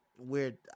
Weird